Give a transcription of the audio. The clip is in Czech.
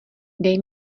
dej